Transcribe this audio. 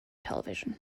television